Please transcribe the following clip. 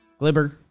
Glibber